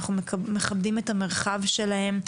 אנחנו מכבדים את המרחב שלהם.